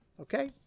Okay